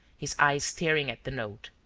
his eyes staring at the note.